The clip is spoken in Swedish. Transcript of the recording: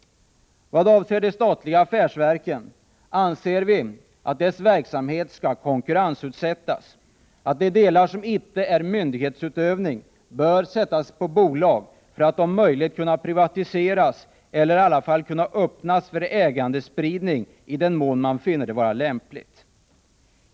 Vad avser de statliga affärsverken anser vi att deras verksamhet skall utsättas för konkurrens, att de delar som inte är myndighetsutövning bör drivas i bolagsform för att om möjligt kunna privatiseras eller i alla fall kunna öppnas för ägandespridning i den mån man finner det vara lämpligt.